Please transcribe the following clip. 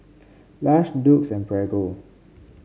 Lush Doux and Prego